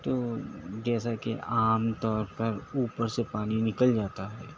تو جیسا کہ عام طور پر اُوپر سے پانی نکل جاتا ہے